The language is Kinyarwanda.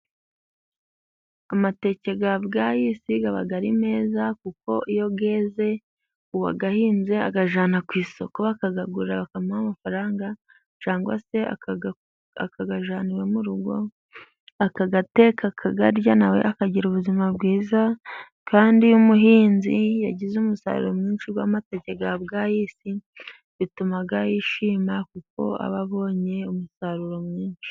Amateke ya bwayisi aba ari meza， kuko iyo yeze ， uwayahinze ayajyana ku isoko， bakayagura， bakamuha amafaranga， cyangwa se akayajyana iwe mu rugo， akayateka， akayarya， nawe akagira ubuzima bwiza. Kandi iyo umuhinzi yagize umusaruro mwinshi w'amateke ya bwayisi， bituma yishima， kuko aba abonye umusaruro mwinshi.